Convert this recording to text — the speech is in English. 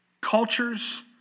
cultures